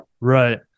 Right